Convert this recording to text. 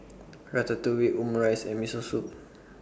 Ratatouille Omurice and Miso Soup